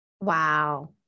Wow